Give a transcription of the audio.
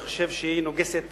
אני חושב שהיא נוגסת